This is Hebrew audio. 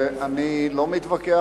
אני לא מתווכח.